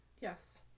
Yes